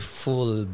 full